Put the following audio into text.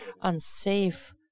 unsafe